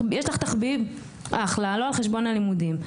יש לך תחביב - אחלה לא על חשבון הלימודים.